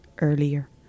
earlier